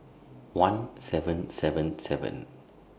one seven seven seven